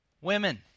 women